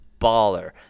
baller